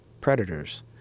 predators